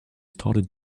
started